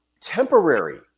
temporary